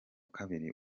kabiri